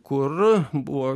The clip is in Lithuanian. kur buvo